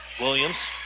Williams